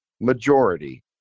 majority